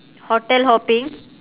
hotel hopping